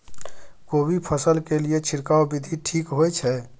कोबी फसल के लिए छिरकाव विधी ठीक होय छै?